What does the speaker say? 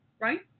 right